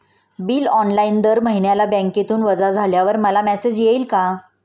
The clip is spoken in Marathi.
बिल ऑनलाइन दर महिन्याला बँकेतून वजा झाल्यावर मला मेसेज येईल का?